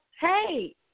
Hey